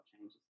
changes